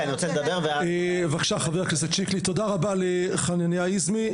תודה רבה לחנניה היזמי.